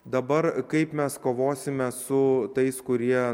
dabar kaip mes kovosime su tais kurie